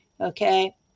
okay